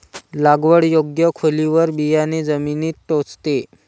लागवड योग्य खोलीवर बियाणे जमिनीत टोचते